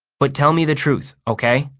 but tell me the truth, ok?